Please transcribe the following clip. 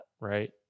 right